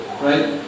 Right